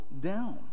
down